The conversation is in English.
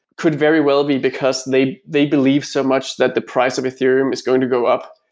could very well be because they they believe so much that the price of ethereum is going to go up,